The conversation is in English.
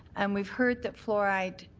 and we've heard that fluoride